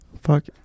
Fuck